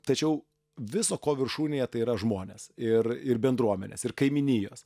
tačiau viso ko viršūnėje tai yra žmonės ir ir bendruomenės ir kaimynijos